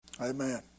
Amen